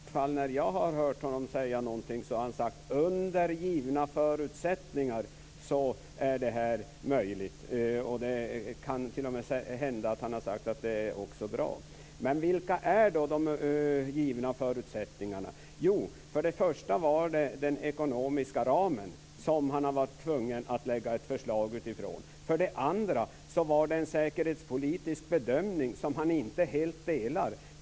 Fru talman! Håkan Juholt säger att ÖB till hundra procent stöder Socialdemokraternas och Centerns förslag. Han har uttalat detta vid flera tillfällen. Men det hade varit hederligare av Håkan Juholt att säga som det verkligen är, att ÖB vid varje tillfälle - åtminstone när jag hört honom uttala sig - har sagt: Under givna förutsättningar är det här möjligt. Det kan t.o.m. hända att han har sagt att det också är bra. Men vilka är då de givna förutsättningarna? Jo, för det första gäller det den ekonomiska ram utifrån vilken han varit tvungen att lägga ett förslag. För det andra gäller det en säkerhetspolitisk bedömning som han inte helt delar.